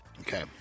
Okay